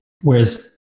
Whereas